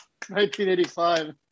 1985